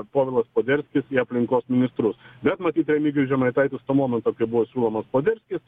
povilas poderskis į aplinkos ministrus bet matyt remigijus žemaitaitis tuo momentu kai buvo siūlomas poderskis